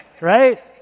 Right